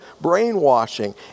brainwashing